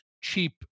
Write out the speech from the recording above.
cheap